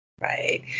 right